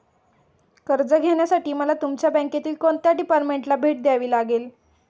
कर्ज घेण्यासाठी मला तुमच्या बँकेतील कोणत्या डिपार्टमेंटला भेट द्यावी लागेल?